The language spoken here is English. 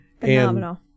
Phenomenal